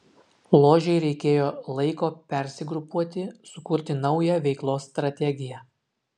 ložei reikėjo laiko persigrupuoti sukurti naują veiklos strategiją